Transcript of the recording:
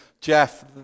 Jeff